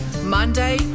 Monday